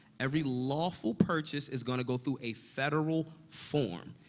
every lawful purchase is gonna go through a federal form.